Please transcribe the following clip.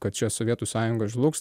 kad čia sovietų sąjunga žlugs